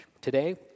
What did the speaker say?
Today